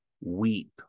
weep